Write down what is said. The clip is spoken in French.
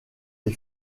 les